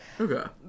Okay